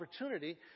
opportunity